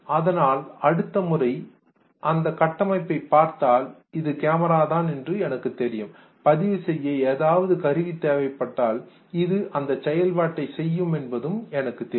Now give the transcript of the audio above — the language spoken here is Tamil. அதனால் அடுத்த முறை இந்த கட்டமைப்பை பார்த்தால் இது கேமராதான் என்று எனக்கு தெரியும் பதிவு செய்ய ஏதாவது கருவி தேவைப்பட்டால் இது அந்த செயல்பாட்டை செய்யும் என்று எனக்கு தெரியும்